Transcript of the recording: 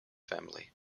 family